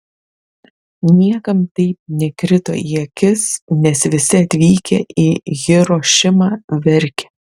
niekam tai nekrito į akis nes visi atvykę į hirošimą verkė